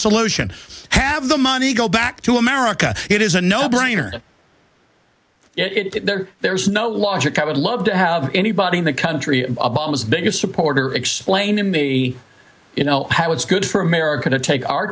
solution have the money go back to america it is a no brainer it there there's no logic i would love to have anybody in the country was the biggest supporter explain to me you know how it's good for america to take our